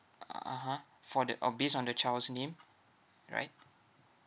uh (uh huh) for the or based on the child's name right